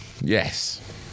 Yes